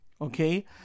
okay